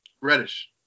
Reddish